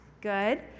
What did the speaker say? good